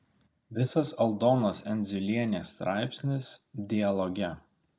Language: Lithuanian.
visas aldonos endziulienės straipsnis dialoge